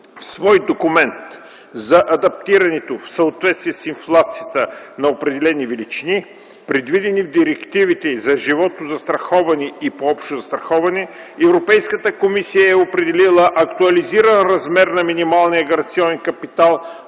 В свой документ за адаптирането в съответствие с инфлацията на определени величини, предвидени в директивите по животозастраховане и по общо застраховане, Европейската комисия е определила актуализиран размер на минималния гаранционен капитал